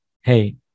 hey